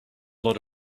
lot